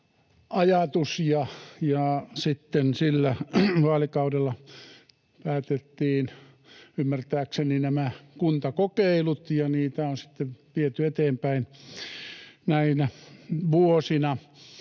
sillä vaalikaudella päätettiin ymmärtääkseni nämä kuntakokeilut, ja niitä on sitten viety eteenpäin näinä vuosina.